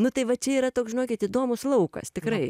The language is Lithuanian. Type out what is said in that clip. nu tai va čia yra toks žinokit įdomus laukas tikrai